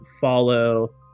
follow